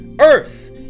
earth